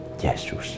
Jesus